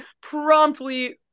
promptly